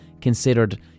considered